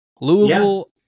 Louisville